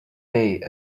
day